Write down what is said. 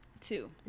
Two